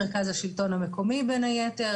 משרד השלטון המקומי בין היתר,